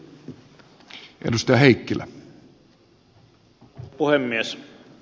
arvoisa puhemies